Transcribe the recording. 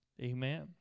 Amen